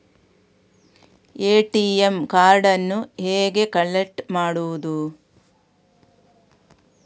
ATM ಕಾರ್ಡನ್ನು ಹೇಗೆ collect ಮಾಡುವುದು?